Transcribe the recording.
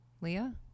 Leah